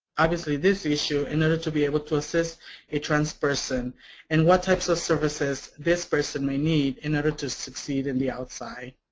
obviously this issue, in order to be able to assist a trans person and what types of services this person may need in order to succeed in the outside.